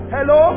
Hello